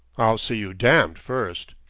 i'll see you damned first!